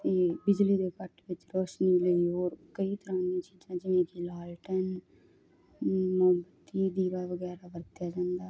ਇਹ ਬਿਜਲੀ ਦੇ ਕੱਟ ਵਿੱਚ ਰੋਸ਼ਨੀ ਲਈ ਹੋਰ ਕਈ ਤਰ੍ਹਾਂ ਦੀਆਂ ਚੀਜ਼ਾਂ ਜਿਵੇਂ ਕਿ ਲਾਲਟੈਨ ਮੋਮਬੱਤੀ ਦੀਵਾ ਵਗੈਰਾ ਵਰਤਿਆ ਜਾਂਦਾ